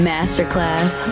Masterclass